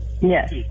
yes